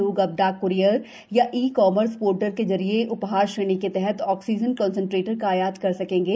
लोग अब डाक क्रियर या ई कॉमर्स ोर्टल के जरिये उ हार श्रेणी के तहत ऑक्सीजन कंसेनट्रेटर का आयात कर सकेंगे